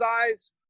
eyes